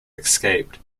escaped